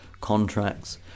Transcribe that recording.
contracts